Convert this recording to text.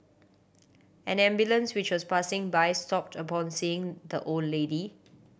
an ambulance which was passing by stopped upon seeing the old lady